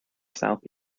south